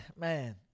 Man